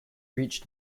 reached